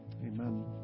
Amen